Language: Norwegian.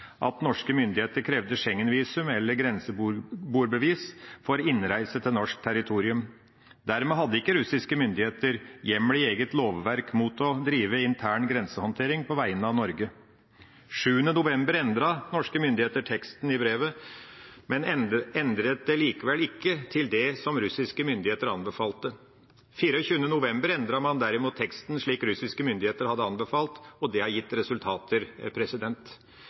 at norske myndigheter krevde Schengen-visum eller grenseboerbevis for innreise til norsk territorium. Dermed hadde ikke russiske myndigheter hjemmel i eget lovverk til å drive intern grensehandtering på vegne av Norge. Den 7. november endret norske myndigheter teksten i brevet, men endret det likevel ikke til det som russiske myndigheter anbefalte. Den 24. november endret man derimot teksten slik russiske myndigheter hadde anbefalt, og det har gitt resultater.